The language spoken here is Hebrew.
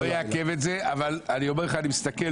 אבל יש לו הפסקה